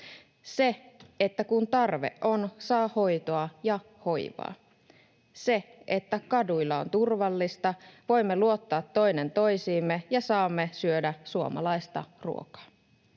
Se, että kun tarve on, saa hoitoa ja hoivaa. Se, että kaduilla on turvallista, voimme luottaa toisiimme ja saamme syödä suomalaista ruokaa.